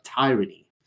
tyranny